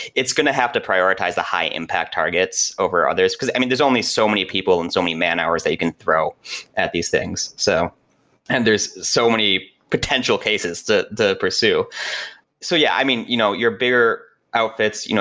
it's going to have to prioritize the high-impact targets over others, because i mean, there's only so many people and so many man-hours that you can throw at these things. so and there's so many potential cases to pursue so yeah. i mean, you know your bigger outfits, you know